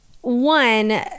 One